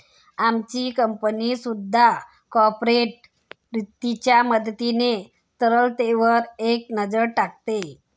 आमची कंपनी सुद्धा कॉर्पोरेट वित्ताच्या मदतीने तरलतेवर एक नजर टाकते